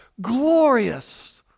glorious